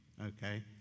okay